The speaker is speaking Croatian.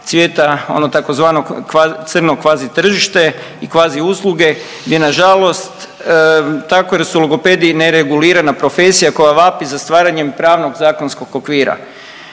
ono tzv. crno kvazi tržište i kvazi usluge gdje nažalost tako da su logopedi neregulirana profesija koja vapi za stvaranjem pravnog zakonskog okvira.